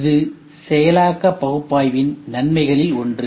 இது செயலாக்க பகுப்பாய்வின் நன்மைகளில் ஒன்று